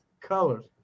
colors